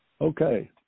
Okay